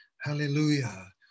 Hallelujah